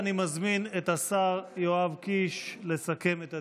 אני מזמין את השר יואב קיש לסכם את הדיון.